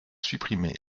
supprimer